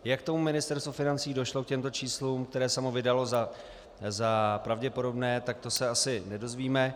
Jak k tomu Ministerstvo financí došlo, k těmto číslům, které samo vydalo za pravděpodobné, to se asi nedozvíme.